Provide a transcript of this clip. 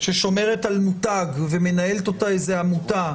ששומרת על מותג ומנהלת אותה איזו עמותה.